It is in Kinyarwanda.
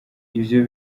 ivyo